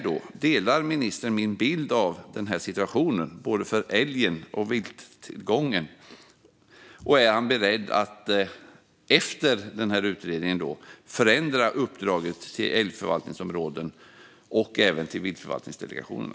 Delar ministern min bild av den här situationen för älgen och vilttillgången? Är han beredd att efter denna utredning förändra uppdraget till älgförvaltningsområdena och viltförvaltningsdelegationerna?